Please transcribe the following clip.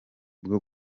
bwo